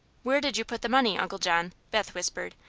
where did you put the money, uncle john? beth whispered,